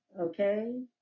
okay